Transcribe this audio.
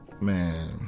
Man